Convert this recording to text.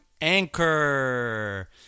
Anchor